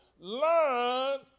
Learn